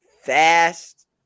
fast